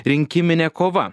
rinkiminė kova